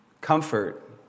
comfort